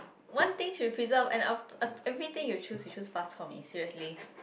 one thing we should preserve and after everything you choose you choose bak-chor-mee seriously